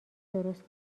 درست